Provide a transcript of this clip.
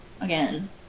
again